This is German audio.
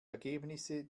ergebnisse